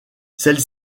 celles